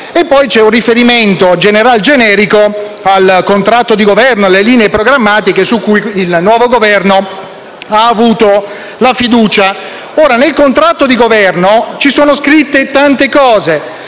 poi c'è un riferimento general-generico al contratto di Governo e alle linee programmatiche su cui il nuovo Governo ha avuto la fiducia. Nel contratto di Governo ci sono scritte tante cose: